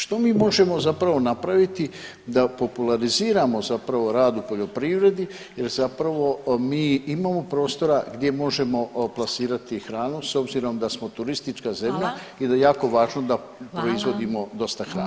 Što mi možemo zapravo napraviti da populariziramo zapravo rad u poljoprivredi jer zapravo mi imamo prostora gdje možemo plasirati hranu s obzirom da smo turistička zemlja [[Upadica Glasovac: Hvala.]] i da je jako važno da proizvodimo dosta hrane.